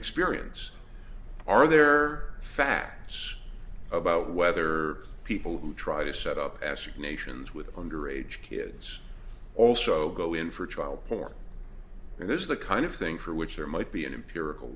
experience are there facts about whether people who try to set up acid nations with under age kids also go in for child porn and this is the kind of thing for which there might be an empirical